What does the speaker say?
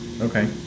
Okay